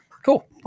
Cool